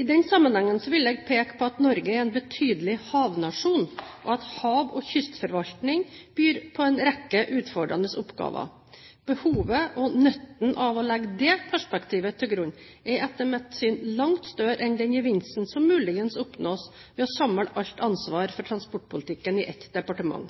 I den sammenhengen vil jeg peke på at Norge er en betydelig havnasjon, og at hav- og kystforvaltning byr på en rekke utfordrende oppgaver. Behovet for og nytten av å legge det perspektivet til grunn er etter mitt syn langt større enn den gevinsten som muligens oppnås ved å samle alt ansvar for transportpolitikken i ett departement.